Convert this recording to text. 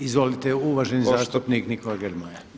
Izvolite, uvaženi zastupnik Nikola Grmoja.